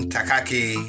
Takaki